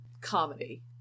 comedy